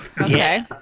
okay